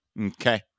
Okay